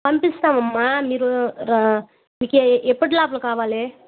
పంపిస్తామమ్మా మీరు మీకే ఎప్పుటి లోపల కావాలి